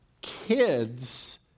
kids